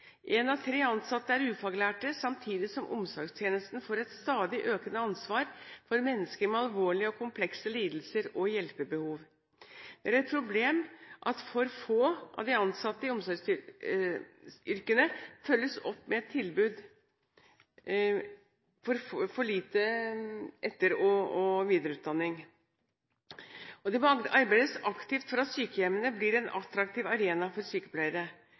Én av tre ansatte er ufaglærte, samtidig som omsorgstjenesten får et stadig økende ansvar for mennesker med alvorlige og komplekse lidelser og hjelpebehov. Det er et problem at for få av de ansatte i omsorgsyrkene følges opp med tilbud om etter- og videreutdanning. Det må arbeides aktivt for at sykehjemmene skal bli en attraktiv arena for sykepleiere.